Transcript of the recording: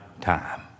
time